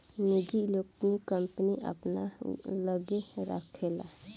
निजी equity, company अपना लग्गे राखेला